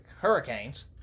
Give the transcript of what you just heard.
hurricanes